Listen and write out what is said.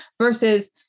versus